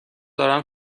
دارم